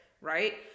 right